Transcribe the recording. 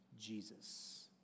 Jesus